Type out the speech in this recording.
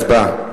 הצבעה,